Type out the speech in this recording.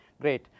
great